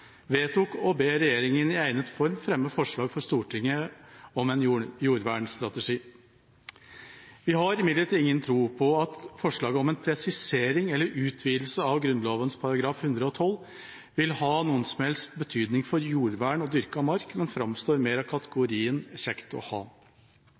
vedtok å be regjeringa i egnet form fremme forslag for Stortinget om en jordvernstrategi. Vi har imidlertid ingen tro på at forslaget om en presisering eller utvidelse av Grunnloven § 112 vil ha noen som helst betydning for jordvern og dyrket mark, det framstår mer